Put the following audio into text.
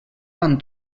quan